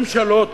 ממשלות,